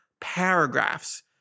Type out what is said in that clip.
Paragraphs